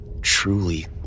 truly